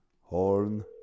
Horn